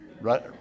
right